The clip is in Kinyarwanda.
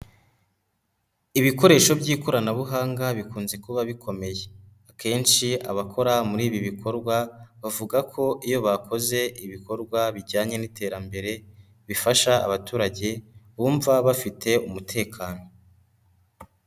Ibikoresho by'ikoranabuhanga bikunze kuba bikomeye. Akenshi abakora muri ibi bikorwa bavuga ko iyo bakoze ibikorwa bijyanye n'iterambere, bifasha abaturage, bumva bafite umutekano.